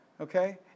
Okay